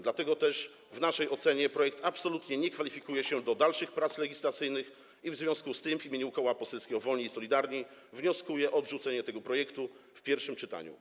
Dlatego też w naszej ocenie projekt absolutnie nie kwalifikuje się do dalszych prac legislacyjnych, w związku z czym w imieniu Koła Poselskiego Wolni i Solidarni wnioskuję o odrzucenie tego projektu w pierwszym czytaniu.